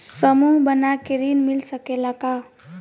समूह बना के ऋण मिल सकेला का?